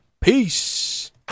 Peace